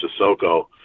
Sissoko